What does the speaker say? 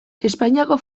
espainiako